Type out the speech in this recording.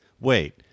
wait